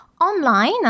online